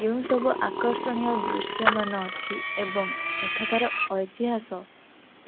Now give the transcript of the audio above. ଯେଉଁସବୁ ଆକର୍ଷଣୀୟ ଦୃଶ୍ୟମାନ ଅଛି ଏବଂ ଏଠାକାର ଐତିହାସ